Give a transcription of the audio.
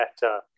better